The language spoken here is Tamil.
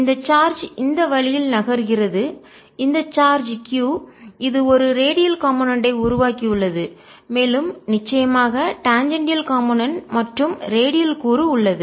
இந்த சார்ஜ் இந்த வழியில் நகர்கிறது இந்த சார்ஜ் q இது ஒரு ரேடியல் காம்போனென்ட் ஐ உருவாக்கி உள்ளது மேலும் நிச்சயமாகடாஞ்சேண்டியால் காம்போனென்ட் மற்றும் ரேடியல் கூறு உள்ளது